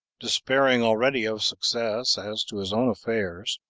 despairing already of success as to his own affairs,